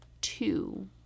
two